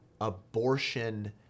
abortion